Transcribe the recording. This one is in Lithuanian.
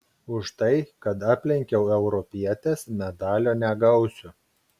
už tai kad aplenkiau europietes medalio negausiu